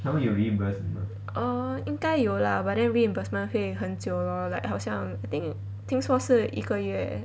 err 应该有 lah but then reimbursement 会很久 lor like 好像 I think 听说是一个月